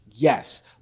Yes